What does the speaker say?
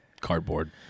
cardboard